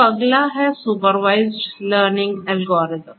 तो अगला है सुपरवाइज्ड लर्निंग एल्गोरिथ्म